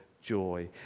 Joy